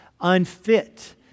unfit